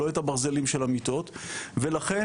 לא את הברזלים של המיטות ולכן,